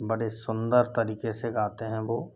बड़े सुंदर तरीके से गाते हैं वो